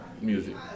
music